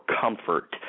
comfort